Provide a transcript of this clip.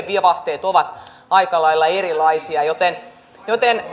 vivahteet ovat aika lailla erilaisia joten joten